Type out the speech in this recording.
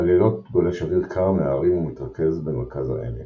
בלילות גולש אוויר קר מההרים ומתרכז במרכז העמק,